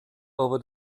over